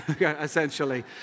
essentially